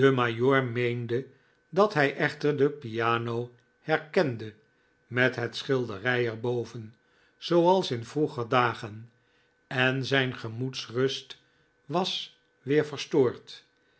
dat hij echter de piano herkende met het schilderij er boven zooals in vroeger dagen en zijn gemoedsrust was weer verstoord